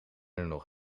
nog